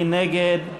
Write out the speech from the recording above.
מי נגד?